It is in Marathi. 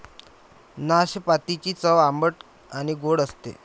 नाशपातीची चव आंबट आणि गोड असते